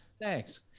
Thanks